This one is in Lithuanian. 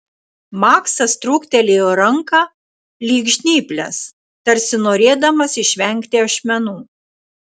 maksas trūktelėjo ranką lyg žnyples tarsi norėdamas išvengti ašmenų